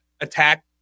attack